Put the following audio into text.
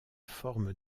forme